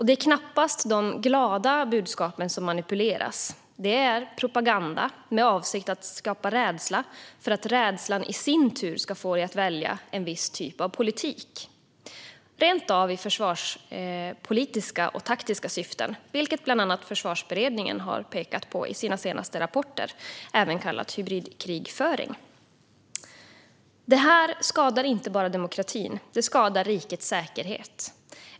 Det är knappast de glada budskapen som manipuleras, utan det är propaganda med avsikt att skapa rädsla för att rädslan i sin tur ska få dig att välja en viss typ av politik. Detta görs rent av i försvarspolitiska och taktiska syften, vilket bland annat Försvarsberedningen har pekat på i sina senaste rapporter. Det kallas även hybridkrigföring. Detta skadar inte bara demokratin; det skadar rikets säkerhet.